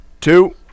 two